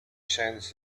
sends